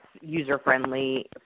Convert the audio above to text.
user-friendly